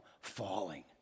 falling